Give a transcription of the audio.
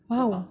!wow!